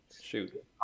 shoot